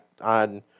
on